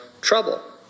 trouble